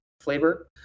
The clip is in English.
flavor